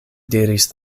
diris